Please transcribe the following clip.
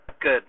Good